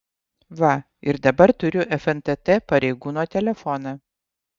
va ir dabar turiu fntt pareigūno telefoną